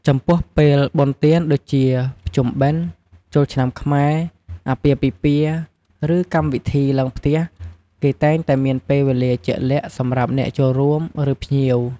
ចំំពោះពេល បុណ្យទានដូចជា ភ្ជុំបិណ្ឌ ចូលឆ្នាំខ្មែរ អាពាហ៍ពិពាហ៍ ឬ កម្មវិធីឡើងផ្ទះ គេតែងតែមានពេលវេលាជាក់លាក់សម្រាប់អ្នកចូលរួម ឬ ភ្ញៀវ។